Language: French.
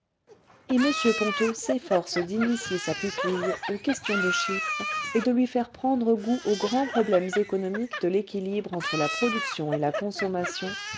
et m ponto s'efforce d'initier sa pupille aux questions de chiffres et de lui faire prendre goût aux grands problèmes économiques de l'équilibre entre la production et la consommation